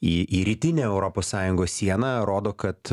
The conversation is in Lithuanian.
į į rytinę europos sąjungos sieną rodo kad